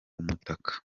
umutaka